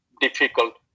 difficult